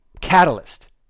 catalyst